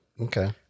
Okay